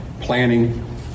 planning